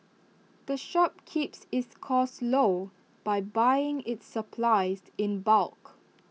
the shop keeps its costs low by buying its supplies in bulk